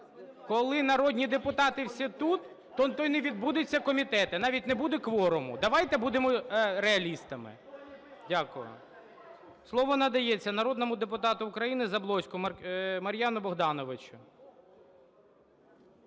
коли народні депутати всі тут, то й не відбудуться комітети, навіть не буде кворуму. Давайте будемо реалістами. Дякую. Слово надається народному депутату України Заблоцькому Мар'яну Богдановичу.